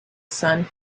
sun